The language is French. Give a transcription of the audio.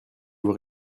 vous